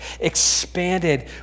expanded